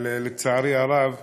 אבל לצערי הרב,